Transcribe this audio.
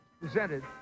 presented